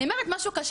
אני אומרת משהו קשה,